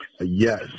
Yes